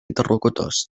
interlocutors